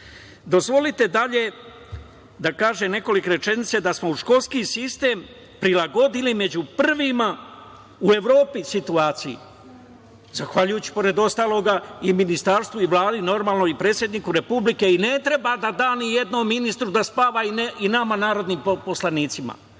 napadamo? Dozvolite dalje da kažem nekoliko rečenica da smo u školski sistem prilagodili među prvima u Evropi situaciji, zahvaljujući pored ostalog i ministarstvu i Vladi, normalno i predsedniku Republike i ne treba da da nijednom ministru da spava i nama narodnim poslanicima. Ova